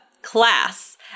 class